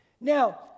Now